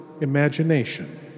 ...imagination